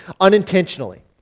unintentionally